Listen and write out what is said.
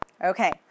Okay